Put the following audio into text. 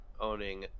owning